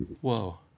Whoa